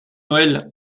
noël